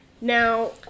Now